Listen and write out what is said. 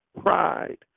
Pride